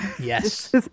yes